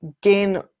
gain